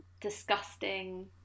disgusting